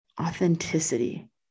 authenticity